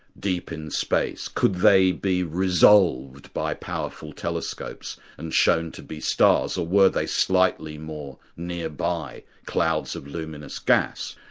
deep in space, could they be resolved by powerful telescopes and shown to be stars? or were they slightly more nearby clouds of luminous gas?